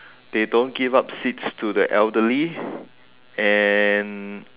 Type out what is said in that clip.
they don't give up seats to the elderly and